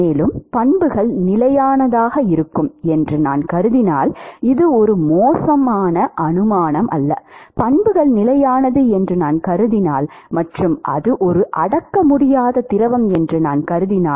மேலும் பண்புகள் நிலையானதாக இருக்கும் என்று நான் கருதினால் இது ஒரு மோசமான அனுமானம் அல்ல பண்புகள் நிலையானது என்று நான் கருதினால் மற்றும் அது ஒரு அடக்க முடியாத திரவம் என்று நான் கருதினால்